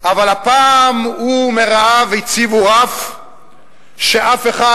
אבל הפעם הוא ומרעיו הציבו רף שאף אחד